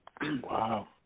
Wow